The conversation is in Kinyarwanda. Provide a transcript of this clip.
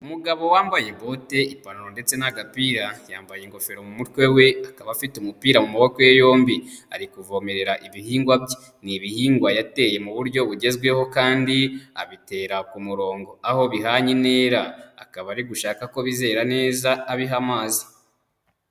Umugabo wambaye bote, ipantaro ndetse n'agapira, yambaye ingofero mu mutwe we, akaba afite umupira mu maboko ye yombi, ari kuvomerera ibihingwa bye, ni ibihingwa yateye mu buryo bugezweho kandi abitera ku murongo aho bihanye intera, akaba ari gushaka ko bizera neza abiha amazi.